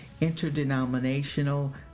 interdenominational